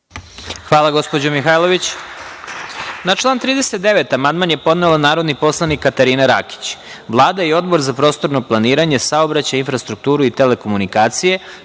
Hvala gospođo Mihajlović. Na član 39. amandman je podnela narodni poslanik Katarina Rakić. Vlada i Odbor za prostorno planiranje, saobraćaj, infrastrukturu i telekomunikacije